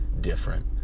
different